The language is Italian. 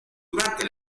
durante